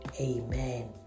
Amen